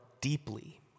deeply